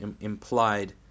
implied